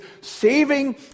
saving